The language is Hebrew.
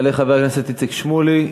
יעלה חבר הכנסת איציק שמולי,